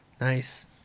Nice